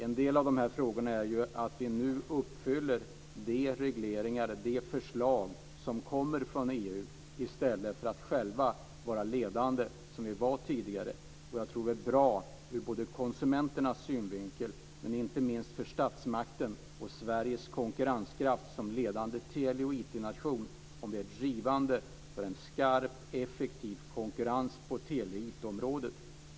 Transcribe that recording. En del av frågorna innebär att vi nu uppfyller de krav på regleringar och de förslag som kommer från EU i stället för att själva vara ledande, som vi var tidigare. Jag tror att det är bra ur konsumenternas synvinkel men inte minst för statsmakten och Sveriges konkurrenskraft som ledande tele och IT-nation om vi är drivande för en skarp och effektiv konkurrens på tele och IT-området.